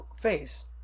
face